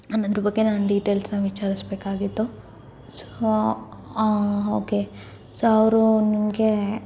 ಅನ್ನೋದರ ಬಗ್ಗೆ ನನಗೆ ಡಿಟೇಲ್ಸಾಗಿ ವಿಚಾರಿಸಬೇಕಾಗಿತ್ತು ಸೊ ಓಕೆ ಸೊ ಅವರು ನಿಮಗೆ